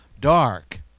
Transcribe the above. dark